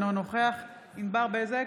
אינו נוכח ענבר בזק,